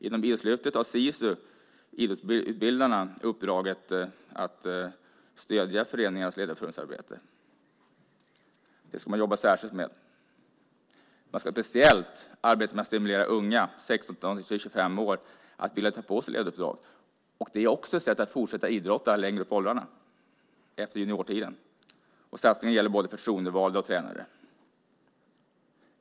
Inom Idrottslyftet har SISU Idrottsutbildarna uppdraget att stödja föreningarnas ledarförsörjningsarbete. Det ska man jobba särskilt med. Man ska speciellt arbeta med att stimulera unga, 16-25 år, att vilja ta på sig ledaruppdrag. Det är också ett sätt att fortsätta att idrotta längre upp i åldrarna efter juniortiden. Satsningen gäller både förtroendevalda och tränare.